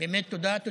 באמת תודה.